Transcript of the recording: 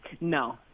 No